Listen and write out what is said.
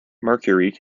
mercury